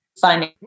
finding